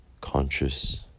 conscious